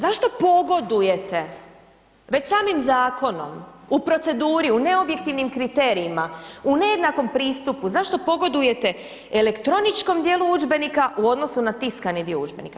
Zašto pogodujete, već samim zakonom u proceduri, u neobjektivnim kriterijima, u nejednakom pristupu, zašto pogodujete elektroničkom dijelu udžbenika u odnosu na tiskani dio udžbenika.